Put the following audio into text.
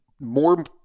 more